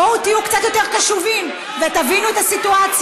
בואו תהיו קצת יותר קשובים ותבינו את הסיטואציה.